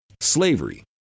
Slavery